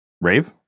rave